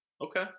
Okay